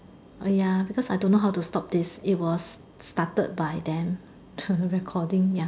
ah ya because I don't know how to stop this it was started by them recording ya